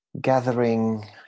gathering